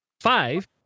five